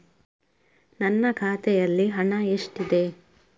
ನನ್ನ ಖಾತೆಯಲ್ಲಿ ಹಣ ಎಷ್ಟಿದೆ?